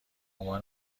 عنوان